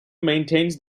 maintains